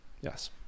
Yes